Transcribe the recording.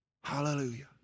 Hallelujah